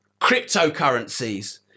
cryptocurrencies